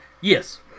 Yes